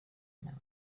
mouth